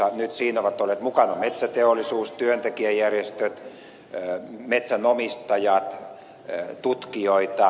nyt siinä ovat olleet mukana metsäteollisuus työntekijäjärjestöt metsänomistajat tutkijoita